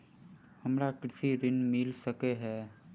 हमरा कृषि ऋण मिल सकै है?